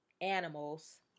animals